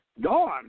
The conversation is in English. Dawn